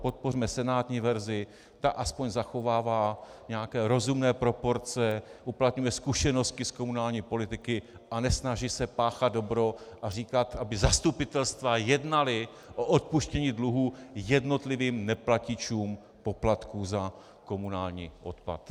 Podpořme senátní verzi, ta aspoň zachovává nějaké rozumné proporce, uplatňuje zkušenosti z komunální politiky a nesnaží se páchat dobro a říkat, aby zastupitelstva jednala o odpuštění dluhů jednotlivým neplatičům poplatků za komunální odpad.